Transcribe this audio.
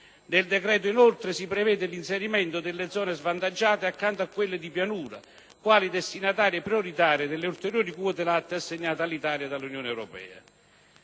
Nel decreto, inoltre, si prevede l'inserimento delle zone svantaggiate, accanto a quelle di pianura, quali destinatarie prioritarie delle ulteriori quote latte assegnate all'Italia dall'Unione europea.